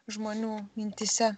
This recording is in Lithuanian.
žmonių mintyse